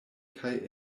kaj